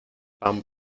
pan